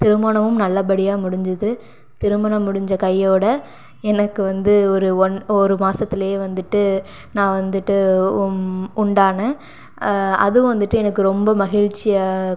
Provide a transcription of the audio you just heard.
திருமணமும் நல்லபடியாக முடிஞ்சுது திருமணம் முடிஞ்ச கையோடு எனக்கு வந்து ஒரு ஒன் ஒரு மாதத்திலேயே வந்துட்டு நான் வந்துவிட்டு உண்டானேன் அதுவும் வந்துட்டு எனக்கு ரொம்ப மகிழ்ச்சியை